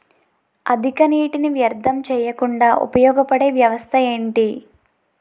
అధిక నీటినీ వ్యర్థం చేయకుండా ఉపయోగ పడే వ్యవస్థ ఏంటి